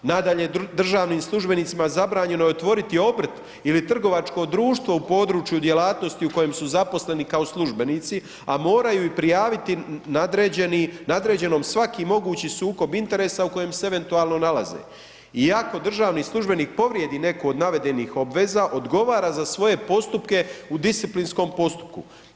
Nadalje, državnim službenicima zabranjeno je otvoriti obrt ili trgovačko društvo u području djelatnosti u kojim su zaposleni kao službenici a moraju i prijaviti nadređenom svaki mogući sukob interesa u kojem se eventualno nalaze i ako državni službenik povrijedi neku od navedenih obveza, odgovara za svoje postupke u disciplinskom postupku.